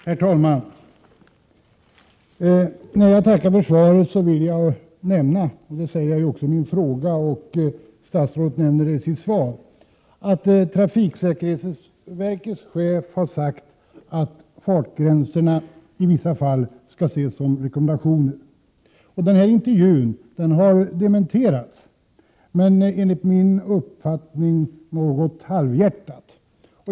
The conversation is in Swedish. Herr talman! När jag tackar för svaret vill jag nämna — jag säger det också i min fråga och statsrådet nämner det i sitt svar — att trafiksäkerhetsverkets chef har sagt att fartgränserna i vissa fall skall ses som rekommendationer. Den här intervjun har dementerats, men enligt min uppfattning något halvhjärtat.